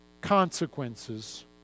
Consequences